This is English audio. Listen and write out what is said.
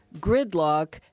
gridlock